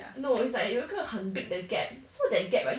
no it's like 有一个很 big 的 gap so that gap right